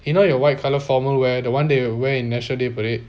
you know your white colour formal wear the one day that you wear in national day parade